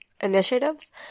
initiatives